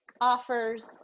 offers